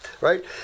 Right